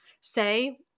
Say